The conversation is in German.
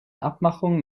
abmachung